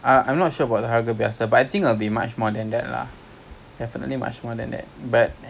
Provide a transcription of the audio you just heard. eh to~ okay token dia sixty token kalau you want one skydive